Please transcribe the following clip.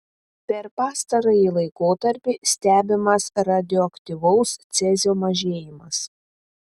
per pastarąjį laikotarpį stebimas radioaktyvaus cezio mažėjimas